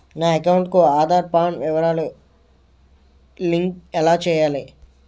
నా అకౌంట్ కు ఆధార్, పాన్ వివరాలు లంకె ఎలా చేయాలి?